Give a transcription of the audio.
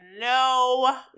no